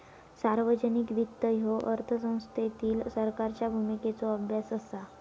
सार्वजनिक वित्त ह्यो अर्थव्यवस्थेतील सरकारच्या भूमिकेचो अभ्यास असा